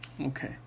Okay